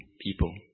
people